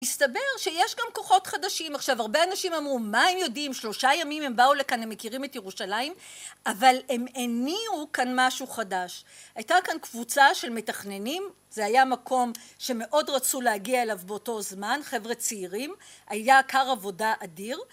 מסתבר שיש גם כוחות חדשים. עכשיו, הרבה אנשים אמרו, מה הם יודעים, שלושה ימים הם באו לכאן, הם מכירים את ירושלים? אבל הם הניעו כאן משהו חדש. הייתה כאן קבוצה של מתכננים, זה היה מקום שמאוד רצו להגיע אליו באותו זמן, חבר'ה צעירים. היה כר עבודה אדיר